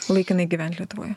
laikinai gyvent lietuvoje